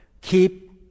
keep